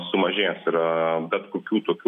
sumažėjęs yra bet kokių tokių